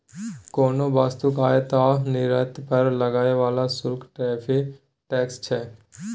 कोनो वस्तुक आयात आ निर्यात पर लागय बला शुल्क टैरिफ टैक्स छै